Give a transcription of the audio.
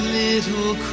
little